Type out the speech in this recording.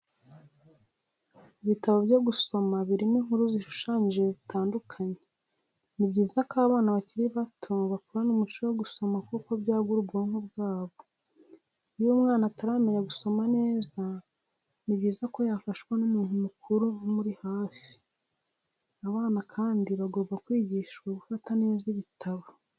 Ibitabo byo gusoma birimo inkuru zishushanyije zitandukanye, ni byiza ko abana bakiri bato bakurana umuco wo gusoma kuko byagura ubwonko bwabo, iyo umwana ataramenya gusoma neza ni byiza ko yafashwa n'umuntu mukuru umuri hafi. Abana kandi bagomba kwigishwa gufata neza ibitabo.